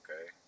Okay